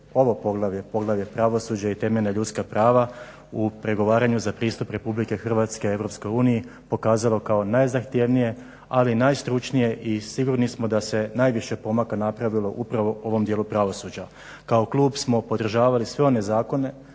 ovo poglavlje, poglavlje pravosuđa i temeljna ljudska prava u pregovaranju za pristup Republike Hrvatske Europskoj uniji pokazalo kao najzahtjevnije ali i najstručnije i sigurni smo da se najviše pomaka napravilo upravo u ovom dijelu pravosuđa. Kao klub smo podržavali sve one zakone,